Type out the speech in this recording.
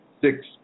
six